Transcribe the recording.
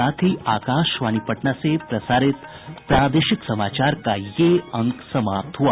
इसके साथ ही आकाशवाणी पटना से प्रसारित प्रादेशिक समाचार का ये अंक समाप्त हुआ